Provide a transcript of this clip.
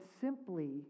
simply